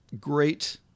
great